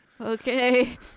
Okay